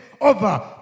over